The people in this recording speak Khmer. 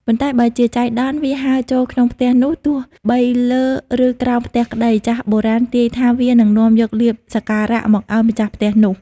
ប៉ុន្តែ បើជាចៃដន្យវាហើរចូលក្នុងផ្ទះនោះ ទោះបីលើ ឬក្រោមផ្ទះក្ដី ចាស់បុរាណទាយថាវានឹងនាំយកលាភសក្ការៈមកឱ្យម្ចាស់ផ្ទះនោះ។